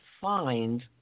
find